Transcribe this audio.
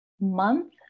month